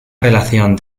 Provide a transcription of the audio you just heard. relación